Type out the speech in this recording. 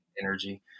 energy